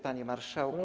Panie Marszałku!